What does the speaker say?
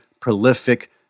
prolific